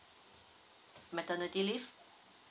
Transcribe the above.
maternity leave